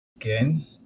again